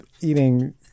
eating